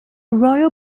royal